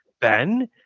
Ben